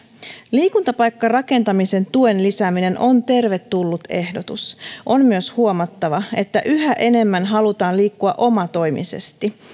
liikuntapaikkarakentamisen tuen lisääminen on tervetullut ehdotus on myös huomattava että yhä enemmän halutaan liikkua omatoimisesti